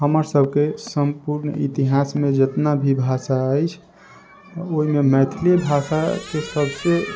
हमर सभके सम्पूर्ण इतिहासमे जितना भी भाषा अछि ओहिमे मैथिली भाषाके सभसँ